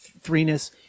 threeness